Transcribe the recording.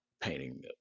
painting